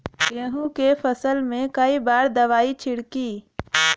गेहूँ के फसल मे कई बार दवाई छिड़की?